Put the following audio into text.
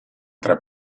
tre